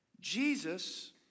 Jesus